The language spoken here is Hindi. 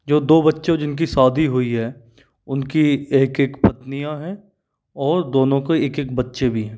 जो दो बच्चो जिनकी शादी हुई है उनकी एक एक पत्नियाँ हैं और दोनों को एक एक बच्चे भी हैं